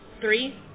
three